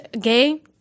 gay